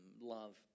love